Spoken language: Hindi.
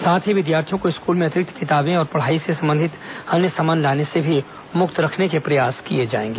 साथ ही विद्यार्थियों को स्कूल में अतिरिक्त किताबें और पढ़ाई से संबंधित अन्य सामान लाने से भी मुक्त रखने के प्रयास किए जाएंगे